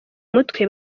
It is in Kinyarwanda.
mutwe